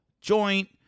joint